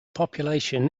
population